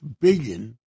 billion